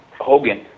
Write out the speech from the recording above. Hogan